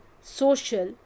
social